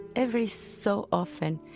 every so often,